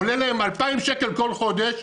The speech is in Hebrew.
עולה להם 2,000 שקל כל חודש,